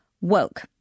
woke